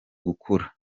gukura